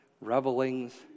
revelings